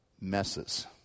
messes